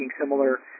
similar